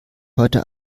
heute